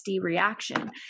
reaction